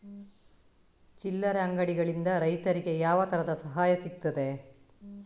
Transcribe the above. ಚಿಲ್ಲರೆ ಅಂಗಡಿಗಳಿಂದ ರೈತರಿಗೆ ಯಾವ ತರದ ಸಹಾಯ ಸಿಗ್ತದೆ?